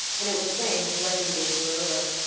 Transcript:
and it was plain his working days were over.